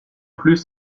plus